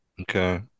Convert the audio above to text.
Okay